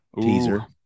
teaser